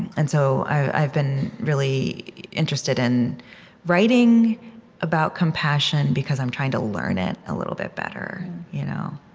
and so i've been really interested in writing about compassion, because i'm trying to learn it a little bit better you know